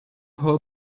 hot